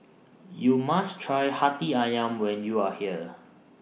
YOU must Try Hati Ayam when YOU Are here